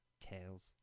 Tails